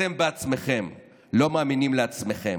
אתם בעצמכם לא מאמינים לעצמכם.